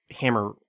Hammer